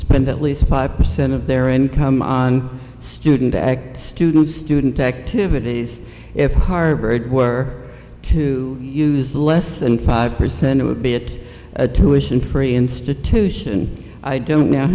spend at least five percent of their income on student act students student activities if harvard were to use less than five percent it would be it tuitions free institution i don't know